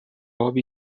آبی